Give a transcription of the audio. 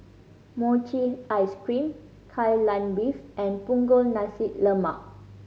mochi ice cream Kai Lan Beef and Punggol Nasi Lemak